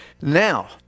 Now